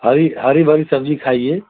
हरी हरी भरी सब्ज़ी खाइए